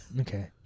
Okay